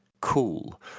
cool